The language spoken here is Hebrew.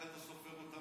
רק אתה סופר אותו,